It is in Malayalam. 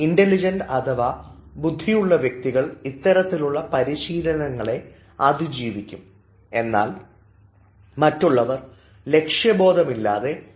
ഇൻറലിജൻറ്റ് അഥവാ ബുദ്ധിയുള്ള വ്യക്തികൾ ഇത്തരത്തിലുള്ള പരിശീലനങ്ങളെ അതിജീവിക്കും എന്നാൽ മറ്റുള്ളവർ ലക്ഷ്യബോധമില്ലാതെ അവിടങ്ങളിലായി സഞ്ചരിക്കുന്നു